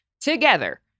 Together